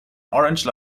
orange